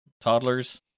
toddlers